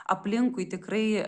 aplinkui tikrai